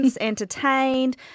entertained